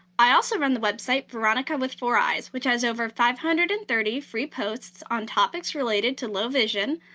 i also run the website veronica with four eyes, which has over five hundred and thirty free posts on topics related to low vision,